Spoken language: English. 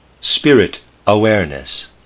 spirit-awareness